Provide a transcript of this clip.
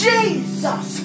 Jesus